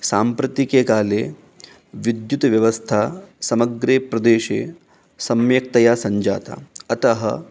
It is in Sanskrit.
साम्प्रतिके काले विद्युत् व्यवस्था समग्रे प्रदेशे सम्यक्तया सञ्जाता अतः